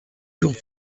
jours